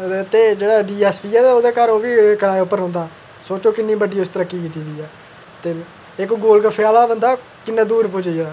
ते जेह्ड़ा D S P ऐ तां ओह्दे घर ओह् बी ओह्दे घर किराए पर रौहंदा सोचो कि'न्नी बड्डी उस तरक्की कीती दी ऐ इक गोलगफ्फें आह्ला बंदा कि'न्ने दूर पुज्जी आ